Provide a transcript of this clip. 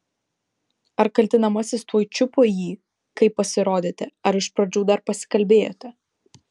ar kaltinamasis tuoj čiupo jį kai pasirodėte ar iš pradžių dar pasikalbėjote